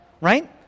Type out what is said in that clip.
right